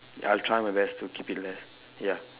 I'll try my best to keep it less ya